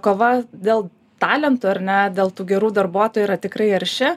kova dėl talentų ar ne dėl tų gerų darbuotojų yra tikrai arši